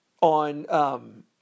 on